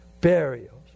Burials